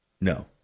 No